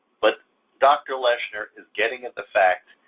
but dr. leshner is getting at the fact,